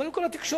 קודם כול התקשורת.